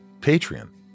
Patreon